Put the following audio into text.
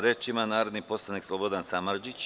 Reč ima narodni poslanik Slobodan Samardžić.